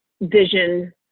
vision